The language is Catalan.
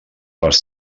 les